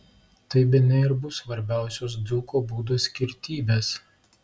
tai bene ir bus svarbiausios dzūko būdo skirtybės